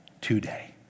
today